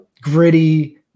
gritty